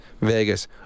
Vegas